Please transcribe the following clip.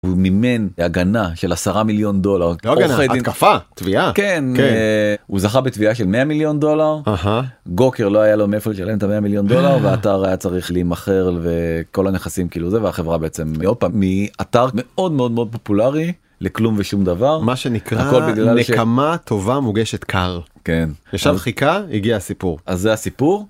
והוא מימן הגנה של 10 מיליון דולר. לא הגנה, התקפה, תביעה. כן, הוא זכה בתביעה של 100 מיליון דולר, גוקר לא היה לו מאיפה לשלם את ה-100 מיליון דולר, והאתר היה צריך להימכר וכל הנכסים כאילו זה, והחברה בעצם... עוד פעם, מאתר מאוד מאוד מאוד פופולרי לכלום ושום דבר. מה שנקרא, נקמה טובה מוגשת קר. כן, ישב חיכה, הגיע הסיפור. אז זה הסיפור.